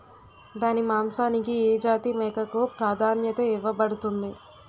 దాని మాంసానికి ఏ జాతి మేకకు ప్రాధాన్యత ఇవ్వబడుతుంది?